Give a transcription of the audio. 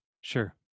Sure